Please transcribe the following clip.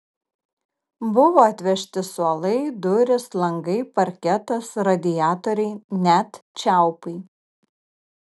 buvo atvežti suolai durys langai parketas radiatoriai net čiaupai